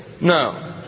No